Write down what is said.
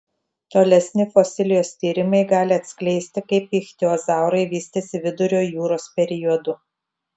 tolesni fosilijos tyrimai gali atskleisti kaip ichtiozaurai vystėsi vidurio jūros periodu